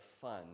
fun